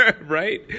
Right